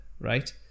Right